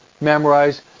memorize